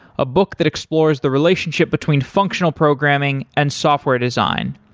a book that explores the relationship between functional programming and software design.